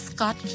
Scott